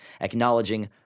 acknowledging